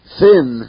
thin